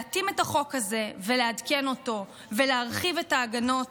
להתאים את החוק הזה, לעדכן אותו ולהרחיב את ההגנות